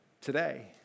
today